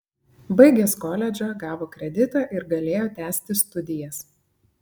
baigęs koledžą gavo kreditą ir galėjo tęsti studijas